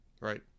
Right